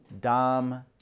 Dom